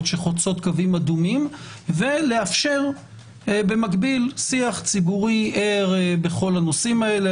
שחוצות קווים אדומים ולאפשר במקביל שיח ציבורי ער בכל הנושאים האלה.